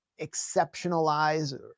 exceptionalize